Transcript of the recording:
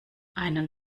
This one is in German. einen